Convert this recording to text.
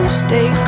stay